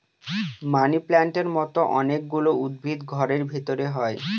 মানি প্লান্টের মতো অনেক গুলো উদ্ভিদ ঘরের ভেতরে হয়